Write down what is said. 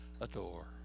adore